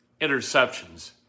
interceptions